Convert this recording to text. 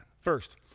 first